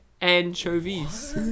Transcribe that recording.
anchovies